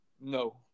No